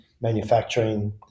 manufacturing